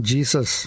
Jesus